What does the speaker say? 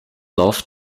love